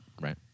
Right